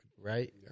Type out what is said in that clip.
right